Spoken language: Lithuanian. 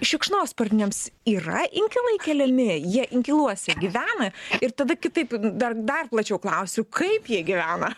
šikšnosparniams yra inkilai keliami jie inkiluose gyvena ir tada kitaip dar dar plačiau klausiu kaip jie gyvena